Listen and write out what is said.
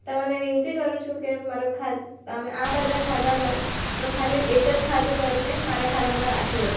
તમને વિનતી કરું છુ કે માર ખાત આ બધા ખાતામાં ખાલી એક જ ખાતું કરીને મારા ખાતામાં રાખી દો